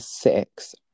six